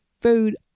food